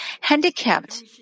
handicapped